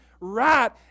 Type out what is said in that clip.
right